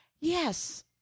Yes